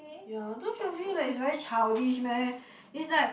ya don't you feel like it's very childish meh is like